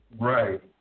Right